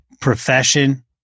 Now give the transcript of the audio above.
profession